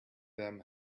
them